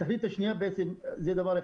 זה דבר אחד.